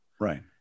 Right